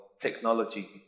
technology